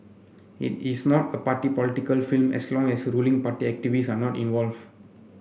it is not a party political film as long as ruling party activists are not involve